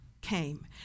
came